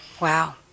Wow